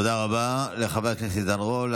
תודה רבה לחבר הכנסת עידן רול.